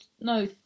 No